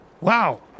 Wow